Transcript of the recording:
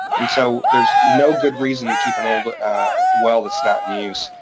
and so there's no good reason to keep an old well that's not in use.